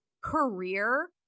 career